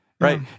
Right